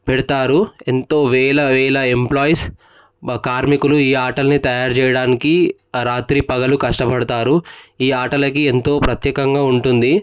పెడతారు ఎంతో వేల వేల ఎంప్లాయిస్ కార్మికులు ఈ ఆటలని తయారు చేయడానికి రాత్రి పగలు కష్టపడతారు ఈ ఆటలకి ఎంతో ప్రత్యేకంగా ఉంటుంది